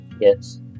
Yes